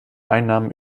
einnahmen